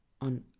on